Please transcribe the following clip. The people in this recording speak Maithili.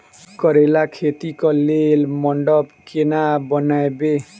करेला खेती कऽ लेल मंडप केना बनैबे?